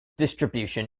distribution